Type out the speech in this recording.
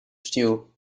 stew